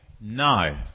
No